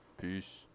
peace